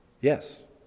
Yes